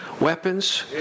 weapons